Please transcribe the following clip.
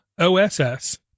OSS